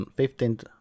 fifteenth